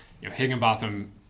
Higginbotham